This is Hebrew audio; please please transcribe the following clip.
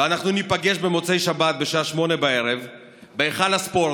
ואנחנו ניפגש במוצאי שבת בשעה 20:00 בהיכל הספורט,